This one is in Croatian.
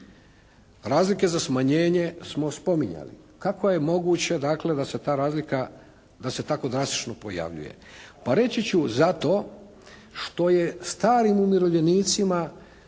Razlike za smanjenje smo spominjali. Kako je moguće dakle da se ta razlika, da se tako drastično pojavljuje? Pa reći ću zato što je starim umirovljenicima